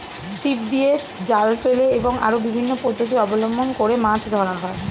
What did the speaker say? ছিপ দিয়ে, জাল ফেলে এবং আরো বিভিন্ন পদ্ধতি অবলম্বন করে মাছ ধরা হয়